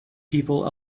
people